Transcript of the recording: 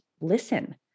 listen